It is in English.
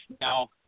now